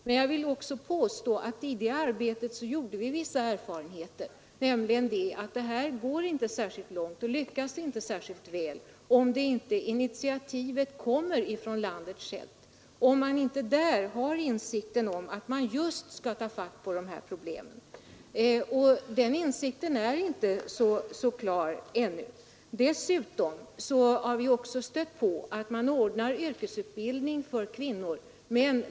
Men jag vill också påstå att vi gjorde vissa erfarenheter, nämligen att sådana projekt för särskilt långt och lyckas inte särskilt väl om inte initiativet kommer från landet självt. En sådan insikt att ta fatt på kvinnornas problem är inte så utbredd ännu. Dessutom har det visats att om man ordnar yrkesutbildning för kvinnor möter svårigheter.